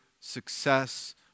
success